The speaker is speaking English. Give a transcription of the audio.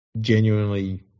genuinely